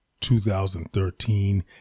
2013